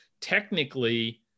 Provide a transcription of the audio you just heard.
technically –